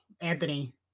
Anthony